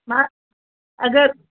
मां अगरि